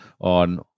on